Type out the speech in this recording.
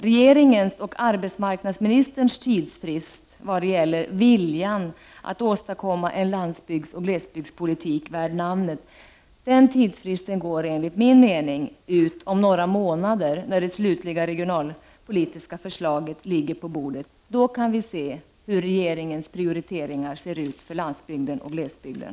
Regeringens och arbetsmarknadsministerns tidsfrist vad gäller viljan att åstadkomma en landsbygdsoch glesbygdspolitik värd namnet går enligt min mening ut om några månader, när det slutliga regionalpolitiska förslaget ligger på bordet. Då kan vi se hur regeringens prioriteringar ser ut för landsbygden och glesbygden.